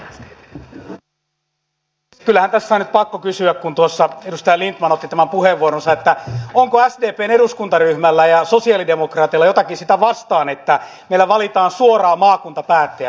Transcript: kyllähän tässä on nyt pakko kysyä kun tuossa edustaja lindtman otti esille tämän puheenvuorossaan onko sdpn eduskuntaryhmällä ja sosialidemokraateilla jotakin sitä vastaan että meillä valitaan suoraan maakuntapäättäjät